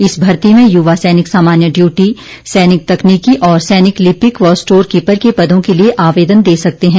इस भर्ती में युवा सैनिक सामान्य ड्यूटी सैनिक तकनीकी और सैनिक लिपिक व स्टोर कीपर के पदों के लिए आवेदन दे सकते हैं